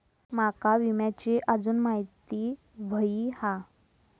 माका विम्याची आजून माहिती व्हयी हा?